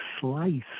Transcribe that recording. slice